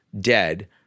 dead